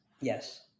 yes